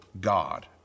God